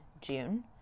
June